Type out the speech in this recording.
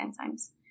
enzymes